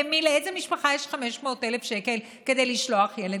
לאיזו משפחה יש 500,000 שקל לשלוח ילד?